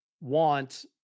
want